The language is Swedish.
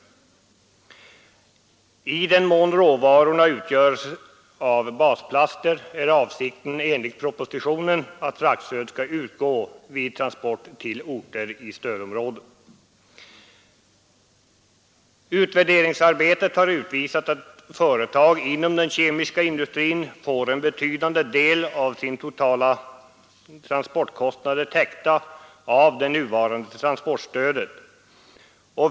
I den mån råvarorna utgöres av basplaster är avsikten enligt propositionen att fraktstöd skall utgå vid transport till orter inom stödområdet. Utvärderingsarbetet har visat att företag inom den kemiska industrin får en betydande del av sina totala transportkostnader täckta av det nuvarande transportstödet.